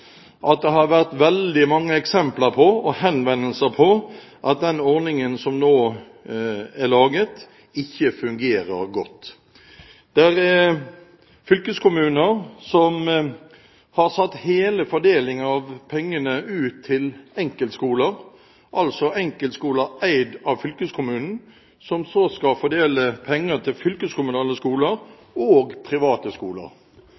veldig mange eksempler på og henvendelser om at den ordningen som nå er laget, ikke fungerer godt. Det er fylkeskommuner som har satt hele fordelingen av pengene ut til enkeltskoler – altså enkeltskoler eid av fylkeskommunen – som så skal fordele pengene til fylkeskommunale skoler og private skoler.